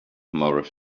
moorish